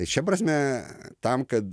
tai šia prasme tam kad